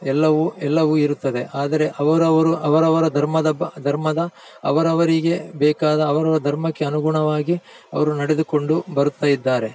ಎಲ್ಲವೂ ಎಲ್ಲವೂ ಇರುತ್ತದೆ ಆದರೆ ಅವರವರು ಅವರವರ ಧರ್ಮದ ಬ ಧರ್ಮದ ಅವರವರಿಗೆ ಬೇಕಾದ ಅವರವರ ಧರ್ಮಕ್ಕೆ ಅನುಗುಣವಾಗಿ ಅವರು ನಡೆದುಕೊಂಡು ಬರುತ್ತಾ ಇದ್ದಾರೆ